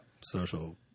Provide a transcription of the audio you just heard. social